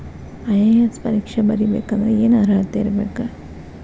IAS ಪರೇಕ್ಷೆ ಬರಿಬೆಕಂದ್ರ ಏನ್ ಅರ್ಹತೆ ಇರ್ಬೇಕ?